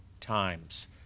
times